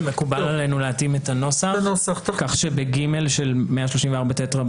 זה מקובל עלינו להתאים את הנוסח כך שב-(ג) של 134ט גם